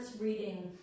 reading